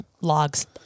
logs